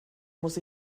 muss